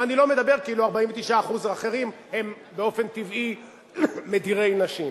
ואני לא מדבר כאילו 49% האחרים הם באופן טבעי מדירי נשים.